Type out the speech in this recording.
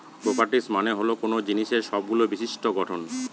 properties মানে হল কোনো জিনিসের সবগুলো বিশিষ্ট্য গঠন